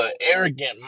arrogant